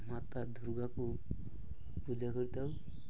ମାତା ଦୁର୍ଗାକୁ ପୂଜା କରିଥାଉ